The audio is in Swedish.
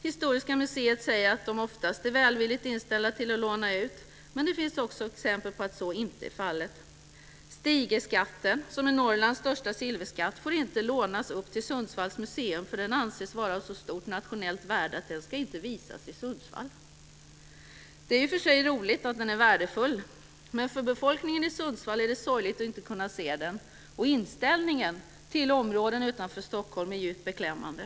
Historiska museet säger att man oftast är välvilligt inställd till att låna ut fynd, men det finns också exempel på att så inte är fallet. Stigeskatten, som är Norrlands största silverskatt, får inte lånas upp till Sundsvalls museum därför att den anses vara av så stort nationellt värde att den inte ska visas i Sundsvall. Det är i och för sig roligt att den är värdefull, men för befolkningen i Sundsvall är det sorgligt att inte kunna se den. Inställningen till områden utanför Stockholm är djupt beklämmande.